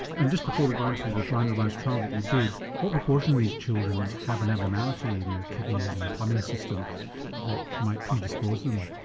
and just before we go on to the randomised trial that you did, what proportion of these children have an abnormality in their kidneys and plumbing system that might predispose them?